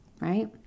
right